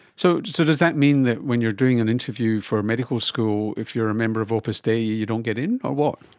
so so does that mean that when you are doing an interview for a medical school, if you are a member of opus dei you don't get in or what?